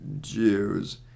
Jews